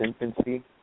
infancy